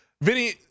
Vinny